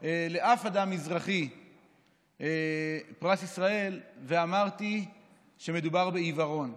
לאף אדם מזרחי פרס ישראל, ואמרתי שמדובר בעיוורון.